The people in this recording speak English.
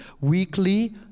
weekly